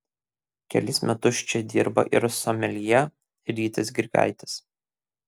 kelis metus čia dirba ir someljė rytis grigaitis